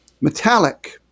Metallic